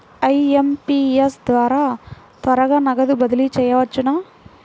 IMPS ద్వారా త్వరగా నగదు బదిలీ చేయవచ్చునా?